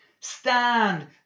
Stand